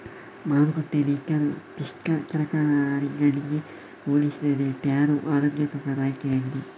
ಮಾರುಕಟ್ಟೆಯಲ್ಲಿ ಇತರ ಪಿಷ್ಟ ತರಕಾರಿಗಳಿಗೆ ಹೋಲಿಸಿದರೆ ಟ್ಯಾರೋ ಆರೋಗ್ಯಕರ ಆಯ್ಕೆಯಾಗಿದೆ